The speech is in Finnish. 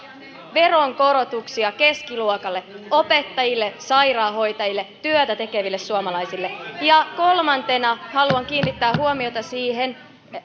veronkorotuksia keskiluokalle opettajille sairaanhoitajille työtä tekeville suomalaisille ja kolmantena haluan kiinnittää huomiota siihen